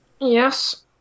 Yes